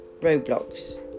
Roblox